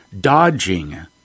dodging